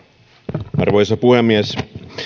arvoisa puhemies